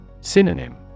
Synonym